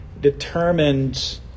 determined